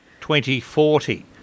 2040